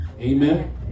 Amen